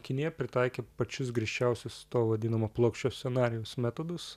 kinija pritaikė pačius griežčiausius to vadinamo plokščio scenarijaus metodus